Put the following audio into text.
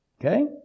Okay